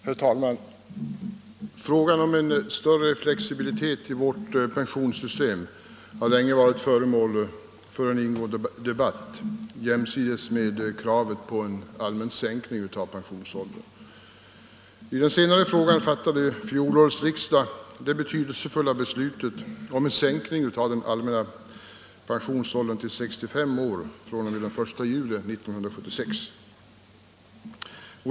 Herr talman! Frågan om större flexibilitet i vårt pensionssystem har länge varit föremål för en ingående debatt jämsides med kravet på en allmän sänkning av pensionsåldern. I den senare frågan fattade fjolårets riksdag det betydelsefulla beslutet om en sänkning av den allmänna pensionsåldern till 65 år fr.o.m. den 1 juli 1976.